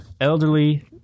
elderly